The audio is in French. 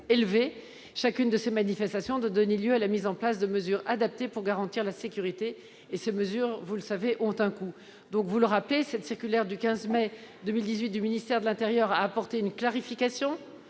chacune de ces manifestations doit donner lieu à la mise en place de mesures adaptées pour garantir la sécurité, et ces mesures, vous le savez, ont un coût. Vous l'avez indiqué, la circulaire du 15 mai 2018 du ministère de l'intérieur a apporté une clarification